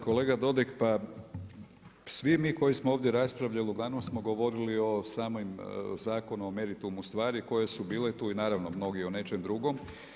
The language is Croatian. Kolega Dodig, pa svi moji smo ovdje raspravljali uglavnom smo govorili o samom zakonu o meritumu stvari, koje su bile tu i naravno mnogi o nečemu drugom.